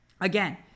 Again